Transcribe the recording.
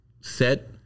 set